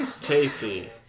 Casey